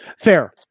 Fair